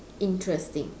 interesting